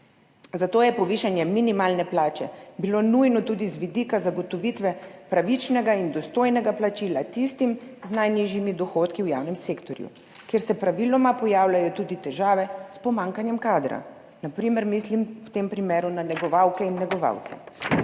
Zato je bilo povišanje minimalne plače nujno tudi z vidika zagotovitve pravičnega in dostojnega plačila tistim z najnižjimi dohodki v javnem sektorju, kjer se praviloma pojavljajo tudi težave s pomanjkanjem kadra, v tem primeru mislim na negovalke in negovalce.